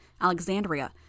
Alexandria